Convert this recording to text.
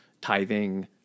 tithing